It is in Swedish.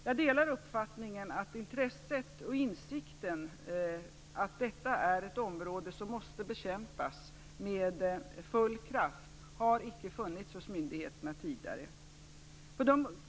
Jag delar uppfattningen att intresset av och insikten om att detta är ett område som måste bekämpas med full kraft icke har funnits hos myndigheterna tidigare.